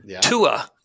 Tua